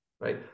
right